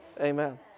Amen